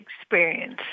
experience